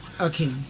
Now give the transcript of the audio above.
Okay